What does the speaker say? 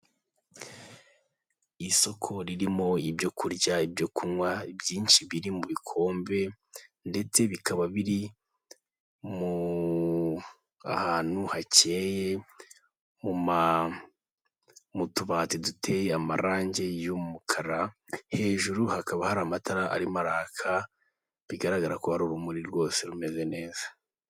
Isoko ririmo ibyo kurya, ibyo kunywa, ibyinshi biri mu bikombe, ndetse bikaba biri mu ahantu hakeye, mu tubati duteye amarangi y'umukara. Hejuru hakaba hari amatara arimo araka, bigaragara ko ari urumuri rwose rumeze neza.